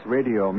Radio